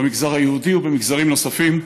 במגזר היהודי ובמגזרים נוספים,